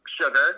sugar